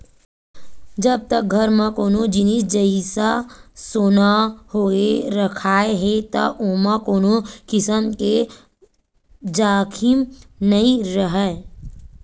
जब तक घर म कोनो जिनिस जइसा सोना होगे रखाय हे त ओमा कोनो किसम के जाखिम नइ राहय